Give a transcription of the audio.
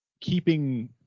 keeping